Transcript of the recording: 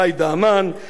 יעקב גוטרמן,